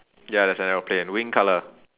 ya there's an aeroplane wing colour